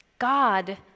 God